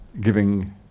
giving